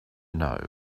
know